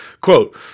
Quote